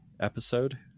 episode